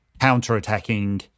counter-attacking